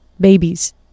babies